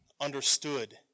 understood